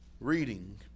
reading